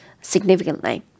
significantly